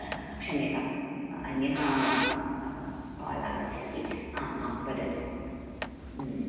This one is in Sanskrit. क्षम्यताम् अन्यः काल् आगच्छति आम् आम् वदतु